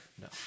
No